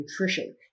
nutrition